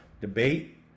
debate